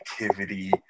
activity